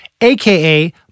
aka